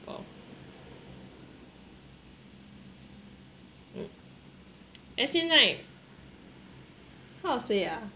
mm as in like how to say ah